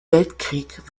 weltkrieg